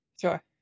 Sure